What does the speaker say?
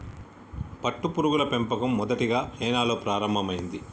పట్టుపురుగుల పెంపకం మొదటిగా చైనాలో ప్రారంభమైంది